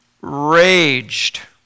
raged